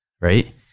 Right